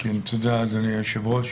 תודה, אדוני היושב-ראש.